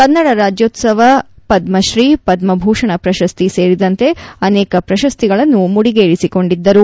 ಕನ್ನಡ ರಾಜ್ಯೋತ್ಸವ ಪದ್ಮಶ್ರೀ ಪದ್ಮಭೂಷಣ ಪ್ರಶಸ್ತಿ ಸೇರಿದಂತೆ ಅನೇಕ ಪ್ರಶಸ್ತಿಗಳನ್ನು ಮುಡಿಗೇರಿಸಿಕೊಂಡಿದ್ದರು